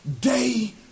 day